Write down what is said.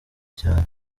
cyane